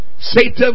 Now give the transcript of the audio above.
Satan